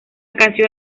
canción